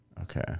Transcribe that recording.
okay